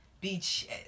beach